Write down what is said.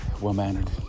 well-mannered